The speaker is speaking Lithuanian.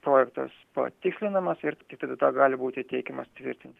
projektas patikslinamas ir tiktai tada gali būti teikiamas tvirtinti